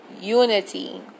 unity